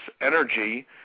energy